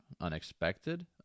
unexpected